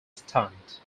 stunt